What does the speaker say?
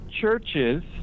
churches